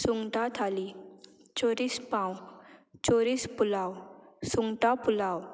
सुंगटां थाली चोरीस पांव चोरीस पुलाव सुंगटां पुलाव